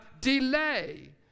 Delay